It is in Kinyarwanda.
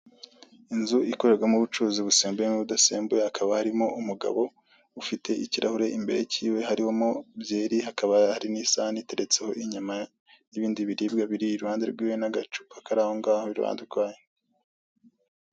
Inzu ikorerwamo ubucuruzi busembuye n'ubudasembuye hakaba harimo umugabo ufite ikirahure imbere kiwe harimo byeri hakaba hari n'isahani iteretseho inyama, ibindi biribwa biri iruhande rwiwe n'agacupa kari aho ngaho iruhande rwayo.